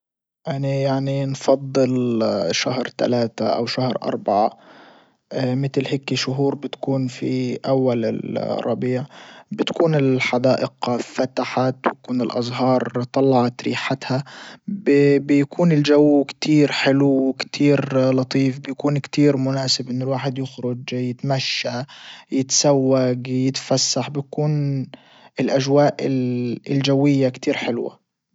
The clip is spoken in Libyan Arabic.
اني يعني نفضل شهر تلاتة او شهر اربعة متل هيكي شهور بتكون في اول الربيع بتكون الحدائق فتحت ويكون الازهار طلعت ريحتها بيكون الجو كتير حلو وكتير لطيف بيكون مناسب انه الواحد يخرج يتمشى يتسوج يتفسح بتكون الاجواء الجوية كتير حلوة.